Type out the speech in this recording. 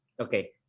Okay